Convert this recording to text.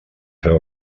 feu